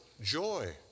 joy